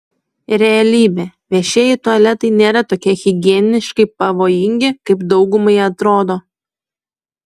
realybė viešieji tualetai nėra tokie higieniškai pavojingi kaip daugumai atrodo